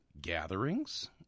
gatherings